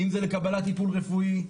אם זה לקבלת טיפול רפואי,